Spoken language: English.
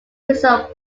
windsor